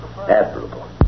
Admirable